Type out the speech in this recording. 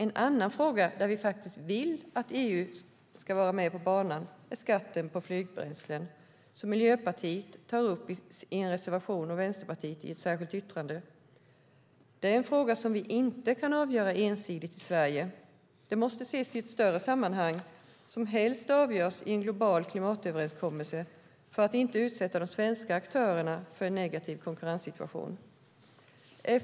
En annan fråga där vi faktiskt vill att EU ska vara med på banan är skatten på flygbränslen som Miljöpartiet tar upp i en reservation och Vänsterpartiet i ett särskilt yttrande. Det är en fråga som vi inte kan avgöra ensidigt i Sverige. Den måste ses i ett större sammanhang och helst avgöras i en global klimatöverenskommelse för att inte de svenska aktörerna ska utsättas för en negativ konkurrenssituation.